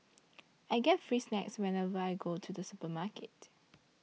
I get free snacks whenever I go to the supermarket